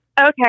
Okay